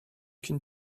can